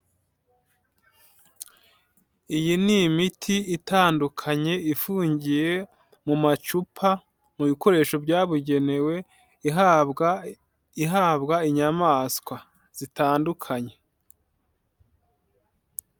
Iyi ni imiti itandukanye ifungiye mu macupa, mu bikoresho byabugenewe, ihabwa ihabwa inyamaswa zitandukanye.